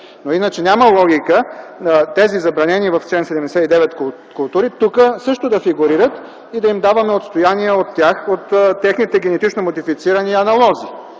Иначе няма логика тези забранени в чл. 79 култури тук също да фигурират и да им даваме отстояния от техните генетично модифицирани аналози.